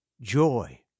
joy